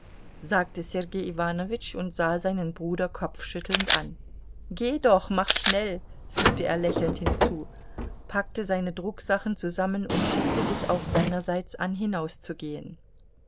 sagte sergei iwanowitsch und sah seinen bruder kopfschüttelnd an geh doch mach schnell fügte er lächelnd hinzu packte seine drucksachen zusammen und schickte sich auch seinerseits an hinauszugehen